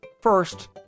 first